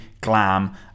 glam